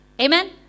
amen